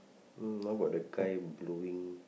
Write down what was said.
how about the guy blowing